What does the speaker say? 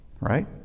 right